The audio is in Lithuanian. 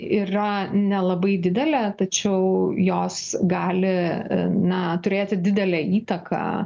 yra nelabai didelė tačiau jos gali na turėti didelę įtaką